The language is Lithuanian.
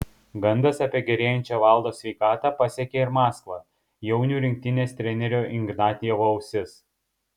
gandas apie gerėjančią valdo sveikatą pasiekė ir maskvą jaunių rinktinės trenerio ignatjevo ausis